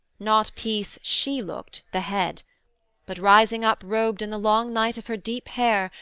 not peace she looked, the head but rising up robed in the long night of her deep hair,